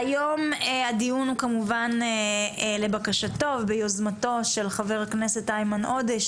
היום הדיון הוא לבקשתו וביוזמתו של חבר הכנסת איימן עודה,